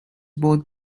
both